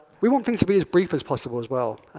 we want things to be as brief as possible, as well.